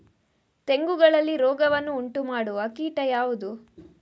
ತೆಂಗುಗಳಲ್ಲಿ ರೋಗವನ್ನು ಉಂಟುಮಾಡುವ ಕೀಟ ಯಾವುದು?